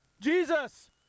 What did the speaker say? Jesus